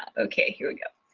okay, here we go.